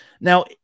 Now